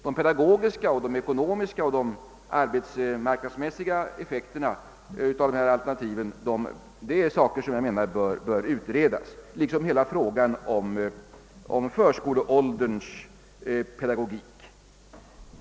De pedagogiska, ekonomiska och arbetsmarknadsmässiga effekterna av alternativen är sådant som jag menar bör utredas liksom även hela frågan om förskoleålderns pedagogik.